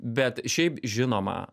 bet šiaip žinoma